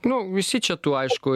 nu visi čia tų aišku